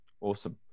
Awesome